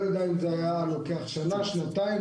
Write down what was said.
יודע אם זה היה לוקח שנה או שנתיים,